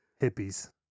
Hippies